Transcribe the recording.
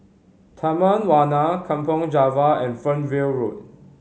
Taman Warna Kampong Java and Fernvale Road